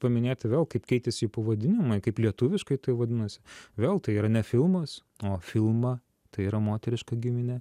paminėti vėl kaip keitėsi jų pavadinimai kaip lietuviškai tai vadinosi vėl tai yra ne filmas o filma tai yra moteriška giminė